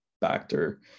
factor